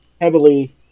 heavily